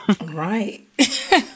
Right